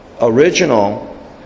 original